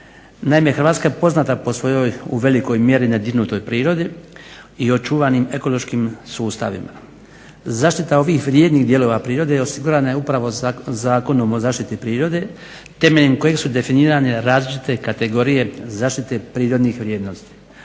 Naime, Hrvatska je poznata po svojoj u velikoj mjeri nedirnutoj prirodi i očuvanim ekološkim sustavima. Zaštita ovih vrijednih dijelova prirode osigurana je upravo Zakonom o zaštiti prirode, temeljem kojeg su definirane različite kategorije zaštite prirodnih vrijednosti.